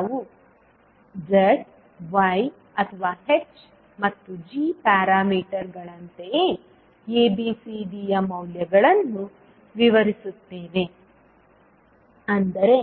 ನಾವು z y ಅಥವಾ h ಮತ್ತು g ಪ್ಯಾರಾಮೀಟರ್ಗಳಂತೆಯೇ ABCD ಯ ಮೌಲ್ಯಗಳನ್ನು ವಿವರಿಸುತ್ತೇವೆ ಅಂದರೆ